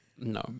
No